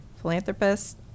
philanthropist